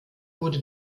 wurde